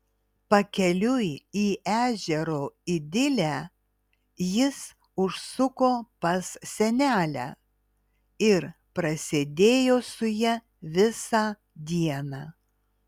pakeliui į ežero idilę jis užsuko pas senelę ir prasėdėjo su ja visą dieną